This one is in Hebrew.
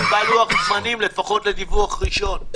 תקבע לוח זמנים לפחות לדיווח ראשון.